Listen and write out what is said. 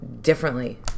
differently